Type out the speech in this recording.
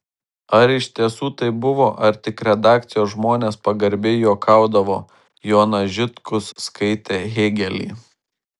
ar iš tiesų taip buvo ar tik redakcijos žmonės pagarbiai juokaudavo jonas žitkus skaitė hėgelį